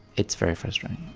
it's very frustrating.